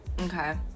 Okay